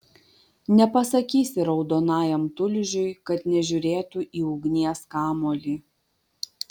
nepasakysi raudonajam tulžiui kad nežiūrėtų į ugnies kamuolį